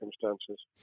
circumstances